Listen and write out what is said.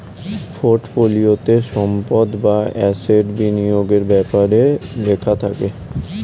পোর্টফোলিওতে সম্পদ বা অ্যাসেট বিনিয়োগের ব্যাপারে লেখা থাকে